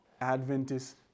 Adventist